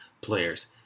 players